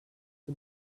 the